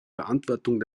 verantwortung